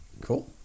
Cool